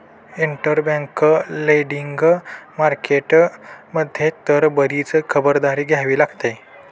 interbank lending market मध्ये तर बरीच खबरदारी घ्यावी लागते